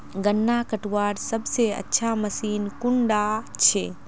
गन्ना कटवार सबसे अच्छा मशीन कुन डा छे?